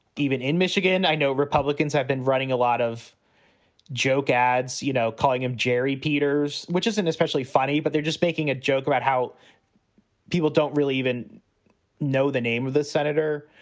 even in michigan, i know republicans have been writing a lot of joke ads, you know, calling him jerry peters, which is an especially funny, but they're just making a joke about how people don't really even know the name of the senator.